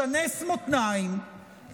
לשנס מותניים,